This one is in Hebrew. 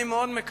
ואני מאוד מקווה